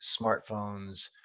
smartphones